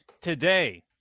today